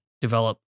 develop